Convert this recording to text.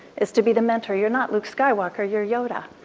it's to be the mentor. you're not luke skywalker, you're yoda.